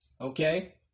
Okay